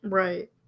right